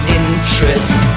interest